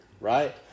right